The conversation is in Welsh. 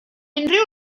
unrhyw